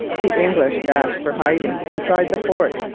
the english dashed for hiding inside the fort,